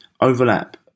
overlap